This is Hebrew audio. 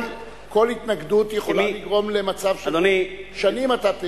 התנגדות יכולה לגרום למצב ששנים אתה,